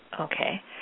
Okay